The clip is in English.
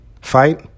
Fight